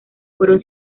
fueron